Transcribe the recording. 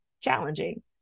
challenging